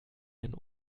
einen